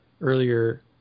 earlier